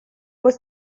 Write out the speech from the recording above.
was